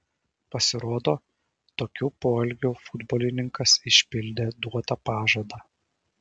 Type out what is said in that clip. pasirodo tokiu poelgiu futbolininkas išpildė duotą pažadą